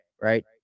right